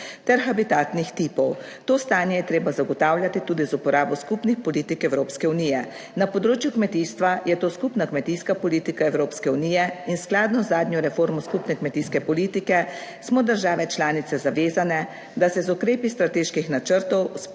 ter habitatnih tipov. To stanje je treba zagotavljati tudi z uporabo skupnih politik Evropske unije. Na področju kmetijstva je to skupna kmetijska politika Evropske unije in skladno z zadnjo reformo skupne kmetijske politike smo države članice zavezane, da se z ukrepi strateških načrtov spodbujamo